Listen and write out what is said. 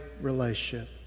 relationship